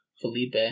Felipe